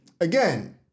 again